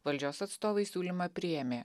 valdžios atstovai siūlymą priėmė